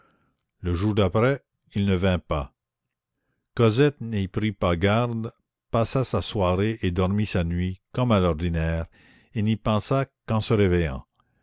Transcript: le jour d'après il ne vint pas cosette n'y prit pas garde passa sa soirée et dormit sa nuit comme à l'ordinaire et n'y pensa qu'en se réveillant